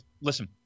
listen –